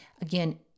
Again